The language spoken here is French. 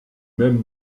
même